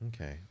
Okay